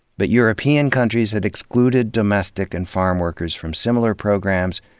but european countries had excluded domestic and farm workers from similar programs,